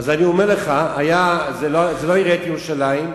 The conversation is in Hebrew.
אז אני אומר לך, זה לא עיריית ירושלים.